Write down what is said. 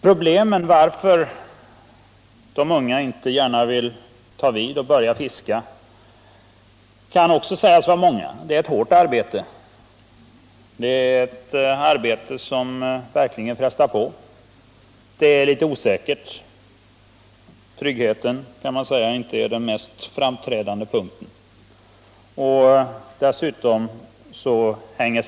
Skälen till att de unga inte gärna vill ta vid kan också sägas vara många. Att fiska är ett hårt arbete, som verkligen frestar på. Yrket är osäkert — tryggheten är inte det mest framträdande draget.